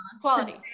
quality